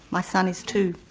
my son is two.